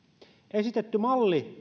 esitetty malli